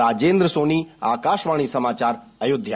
राजेंद्र सोनी आकाशवाणी समाचार अयोध्या